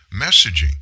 messaging